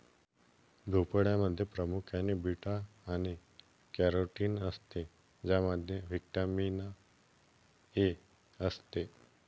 भोपळ्यामध्ये प्रामुख्याने बीटा आणि कॅरोटीन असते ज्यामध्ये व्हिटॅमिन ए असते